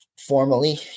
formally